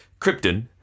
Krypton